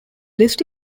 list